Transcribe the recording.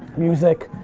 music,